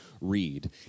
read